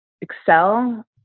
excel